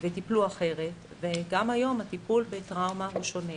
וטיפלו אחרת, וגם היום הטיפול בטראומה הוא שונה.